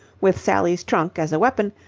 with sally's trunk as a weapon,